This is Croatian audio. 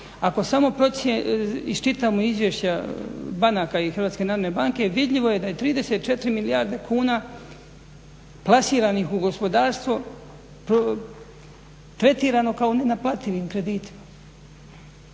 Ako samo iščitamo izvješća banaka i HNB-a vidljivo je da je 34 milijarde kuna plasiranih u gospodarstvo tretirano kao nenaplativim kreditima.